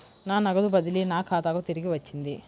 నా నగదు బదిలీ నా ఖాతాకు తిరిగి వచ్చింది